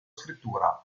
scrittura